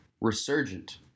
resurgent